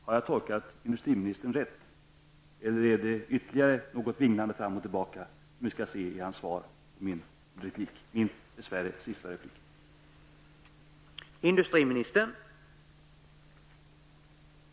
Har jag tolkat industriministern rätt, eller kommer vi att få se mer av industriministerns vinglande fram och tillbaka i hans svar på denna min fråga? Dess värre har jag inte rätt till ytterligare inlägg i den här debatten.